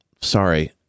sorry